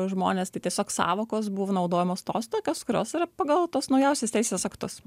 žmones tai tiesiog sąvokos buvo naudojamos tos tokios kurios yra pagal tuos naujausius teisės aktus